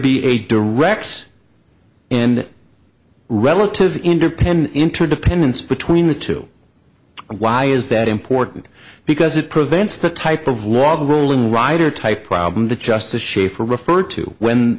be a direct and relative independent interdependence between the two why is that important because it prevents the type of wall rolling rider type problem the just the schaefer referred to when